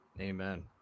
Amen